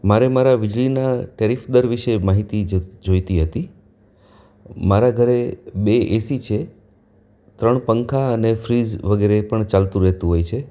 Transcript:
મારે મારા વીજળીના ટેરિફ દર વિશે માહિતી જ જોઈતી હતી મારા ઘરે બે એસી છે ત્રણ પંખા અને ફ્રીઝ વગેરે પણ ચાલતું રહેતું હોય છે